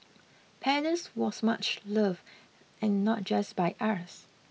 Paddles was much loved and not just by us